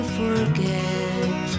forget